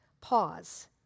Pause